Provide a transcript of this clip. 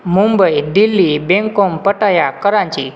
Mumbai Delhi Bangkok Pattaya Karachi